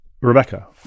Rebecca